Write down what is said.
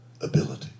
ability